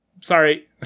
sorry